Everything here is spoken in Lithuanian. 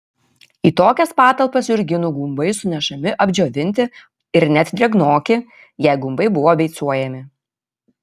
į tokias patalpas jurginų gumbai sunešami apdžiovinti ir net drėgnoki jei gumbai buvo beicuojami